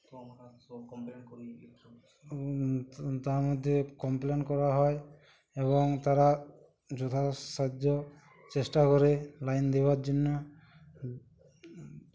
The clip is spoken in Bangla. তার মধ্যে কমপ্লেন করা হয় এবং তারা যথা সাহায্য চেষ্টা করে লাইন দেওয়ার জন্য